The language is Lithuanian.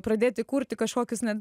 pradėti kurti kažkokius net